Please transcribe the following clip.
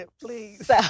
Please